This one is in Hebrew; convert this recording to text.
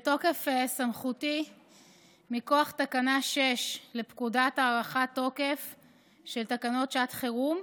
בתוקף סמכותי מכוח תקנה 6 לפקודת הארכת תוקף של תקנות שעת חירום,